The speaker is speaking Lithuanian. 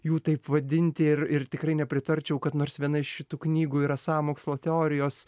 jų taip vadinti ir ir tikrai nepritarčiau kad nors viena iš šitų knygų yra sąmokslo teorijos